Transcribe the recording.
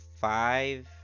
five